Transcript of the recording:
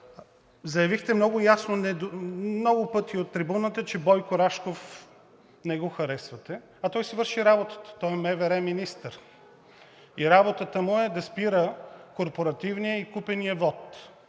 Заявихте много ясно много пъти от трибуната, че Бойко Рашков не го харесвате, а той си върши работата. Той е МВР министър и работата му е да спира корпоративния и купения вот.